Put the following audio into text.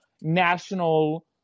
national